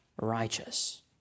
righteous